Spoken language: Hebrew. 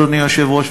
אדוני היושב-ראש.